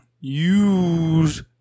Use